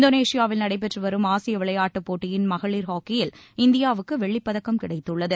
இந்தோனேஷியாவில் நடைபெற்று வரும் ஆசிய விளையாட்டுப் போட்டியின் மகளிர் ஹாக்கியில் இந்தியாவுக்கு வெள்ளிப் பதக்கம் கிடைத்துள்ளது